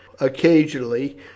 occasionally